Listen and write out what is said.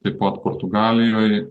taip pat portugalijoj